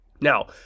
Now